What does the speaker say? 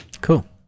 Cool